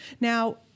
Now